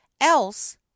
else